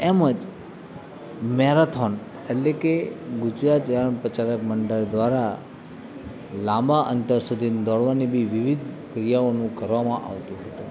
એમ જ મેરથોન એટલે કે ગુજરાત વ્યાયામ પ્રચારક મંડળ દ્વારા લાંબા અંતર સુધી દોડવાની બી વિવિધ ક્રિયાઓનું કરવામાં આવતું હતું